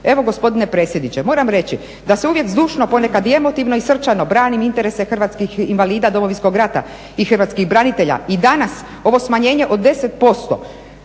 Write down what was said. Evo, gospodine predsjedniče, moram reći da se uvijek zdušno, ponekad i emotivno i srčano branim interese hrvatskih invalida Domovinskog rata i Hrvatskih branitelja i danas ovo smanjenje od 10%